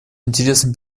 интересам